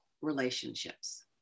relationships